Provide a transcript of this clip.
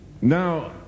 Now